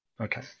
Okay